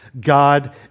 God